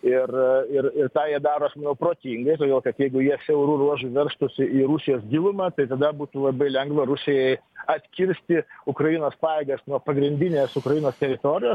ir ir tą jie daro aš manau protingai todėl kad jeigu jie siauru ruožu veržtųsi į rusijos gilumą tai tada būtų labai lengva rusijai atkirsti ukrainos pajėgas nuo pagrindinės ukrainos teritorijos